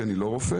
כי אני לא רופא,